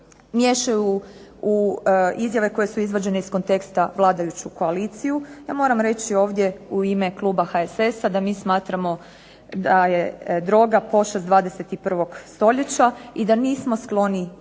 miješaju u izjave koje su izvađene iz konteksta vladajuću koaliciju. Ja moram reći ovdje u ime kluba HSS-a, da mi smatramo da je droga pošast 21. stoljeća i da nismo skloni